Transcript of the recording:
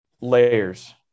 layers